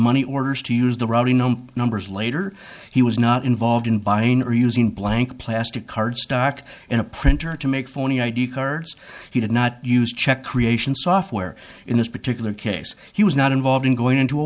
money orders to use the robbery no numbers later he was not involved in buying or using blank plastic card stock and a printer to make phony id cards he did not use check creation software in this particular case he was not involved in going to a